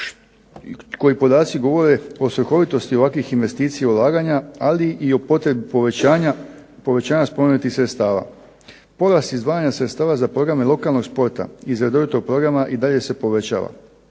koji podaci govore o svrhovitosti ovakvih investicija ulaganja, ali i o potrebi povećanja spomenutih sredstava. Porast izdvajanja sredstava za programe lokalnog sporta iz redovitog programa i dalje se povećava.